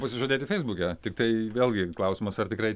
pasižadėti feisbuke tiktai vėlgi klausimas ar tikrai